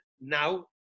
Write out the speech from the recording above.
now